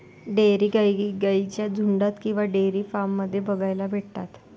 dairy गाई गाईंच्या झुन्डात किंवा डेयरी फार्म मध्ये बघायला भेटतात